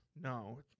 No